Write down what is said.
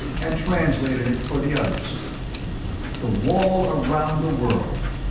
and translated it for the others the wall around the world.